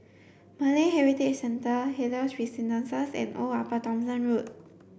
Malay Heritage Centre Helios Residences and Old Upper Thomson Road